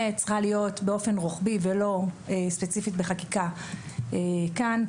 צריכה להיות באופן רוחבי ולא ספציפי בחקיקה כאן.